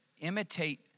imitate